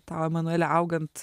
tau emanueli augant